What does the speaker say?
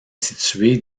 située